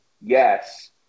Yes